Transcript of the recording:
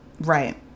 Right